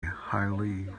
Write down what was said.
highly